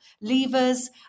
levers